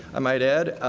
i might add.